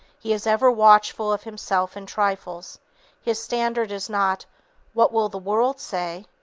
he is ever watchful of himself in trifles his standard is not what will the world say?